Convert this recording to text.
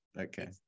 Okay